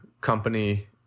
company